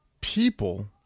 people